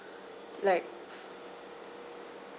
like